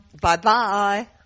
bye-bye